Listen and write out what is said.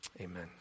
amen